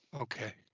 okay